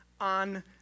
on